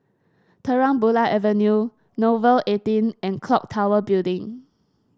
Terang Bulan Avenue Nouvel eighteen and clock Tower Building